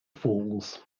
falls